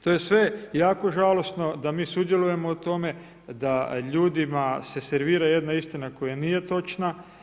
To je sve jako žalosno da mi sudjelujemo u tome da ljudima se servira jedna istina koja nije točna.